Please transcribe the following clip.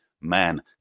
Man